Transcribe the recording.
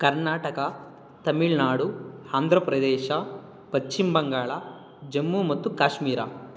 ಕರ್ನಾಟಕ ತಮಿಳ್ ನಾಡು ಆಂಧ್ರ ಪ್ರದೇಶ ಪಶ್ಚಿಮ ಬಂಗಾಳ ಜಮ್ಮು ಮತ್ತು ಕಾಶ್ಮೀರ